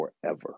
forever